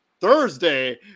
Thursday